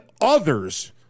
others